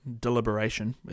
deliberation